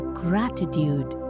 gratitude